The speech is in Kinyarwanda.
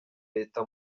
leta